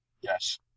Yes